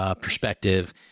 perspective